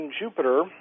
Jupiter